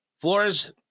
Flores